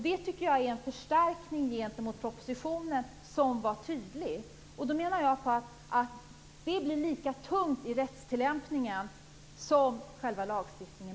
Det tycker jag är en tydlig förstärkning gentemot propositionen. Jag menar att detta blir lika tungt i rättstillämpningen som själva lagstiftningen.